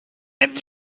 mit